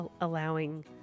allowing